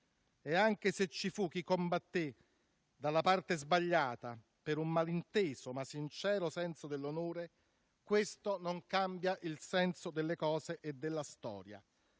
E, anche se ci fu chi combatté dalla parte sbagliata per un malinteso, ma sincero, senso dell'onore, questo non cambia il senso delle cose e della storia.